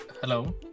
Hello